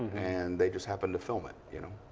and they just happened to film, and you know.